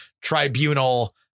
tribunal